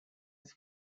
his